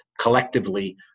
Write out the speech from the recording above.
collectively